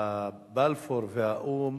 בלפור והאו"ם